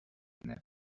their